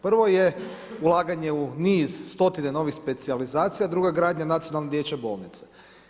Prvo je ulaganje u niz, stotine novih specijalizacija a druga gradnja je nacionalne dječje bolnice.